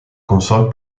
console